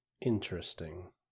interesting